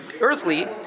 earthly